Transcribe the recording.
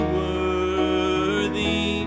worthy